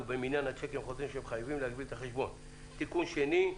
במניין השיקים החוזרים שמחייבים להגביל את החשבון; תיקון שני: